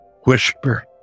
Whisper